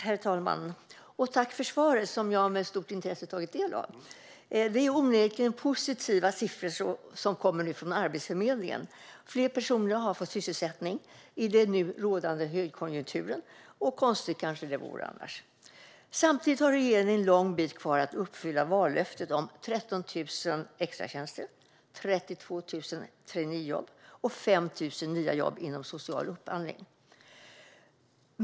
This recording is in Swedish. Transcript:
Herr talman! Jag tackar ministern för svaret, som jag tagit del av med stort intresse. Det är onekligen positiva siffror som nu kommer från Arbetsförmedlingen. Fler personer har fått sysselsättning med den nu rådande högkonjunkturen, och konstigt vore det kanske annars. Samtidigt har regeringen en lång bit kvar till att uppfylla vallöftet om 13 000 extratjänster, 32 000 traineejobb och 5 000 nya jobb inom social upphandling.